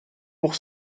pour